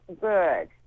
good